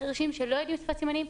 חירשים שלא יודעים שפת סימנים,